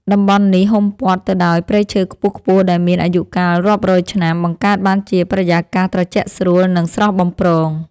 តំបន់នេះហ៊ុមព័ទ្ធទៅដោយព្រៃឈើខ្ពស់ៗដែលមានអាយុកាលរាប់រយឆ្នាំ បង្កើតបានជាបរិយាកាសត្រជាក់ស្រួល និងស្រស់បំព្រង។